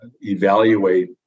evaluate